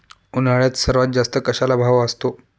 उन्हाळ्यात सर्वात जास्त कशाला भाव असतो?